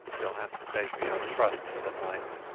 youall have to take me on trust for the night,